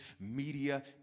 media